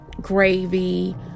gravy